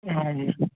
ಹ್ಞೂ